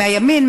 מהימין,